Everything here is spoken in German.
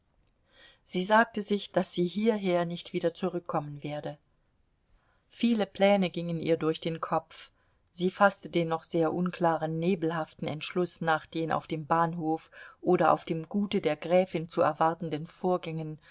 sie sagte sich daß sie hierher nicht wieder zurückkehren werde viele pläne gingen ihr durch den kopf sie faßte den noch sehr unklaren nebelhaften entschluß nach den auf dem bahnhof oder auf dem gute der gräfin zu erwartenden vorgängen